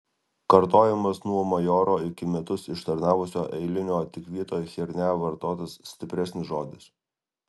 kartojamas nuo majoro iki metus ištarnavusio eilinio tik vietoj chiernia vartotas stipresnis žodis